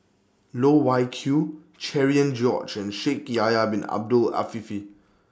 Loh Wai Kiew Cherian George and Shaikh Yahya Bin Ahmed Afifi